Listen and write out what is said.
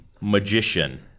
Magician